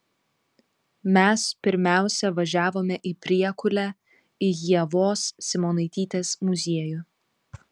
mes pirmiausia važiavome į priekulę į ievos simonaitytės muziejų